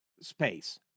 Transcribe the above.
space